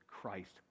Christ